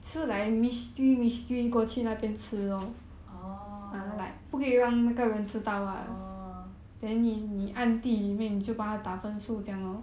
orh orh orh